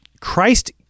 Christ